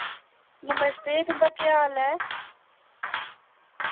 नमस्ते तुं'दा केह् हाल ऐ